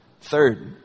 Third